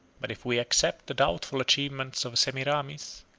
but if we except the doubtful achievements of semiramis,